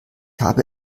habe